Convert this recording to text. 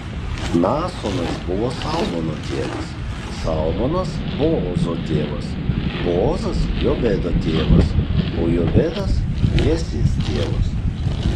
naasonas buvo salmono tėvas salmonas boozo tėvas boozas jobedo tėvas o jobedas jesės tėvas